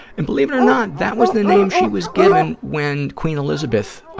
and believe it or not, that was the name she was given when queen elizabeth,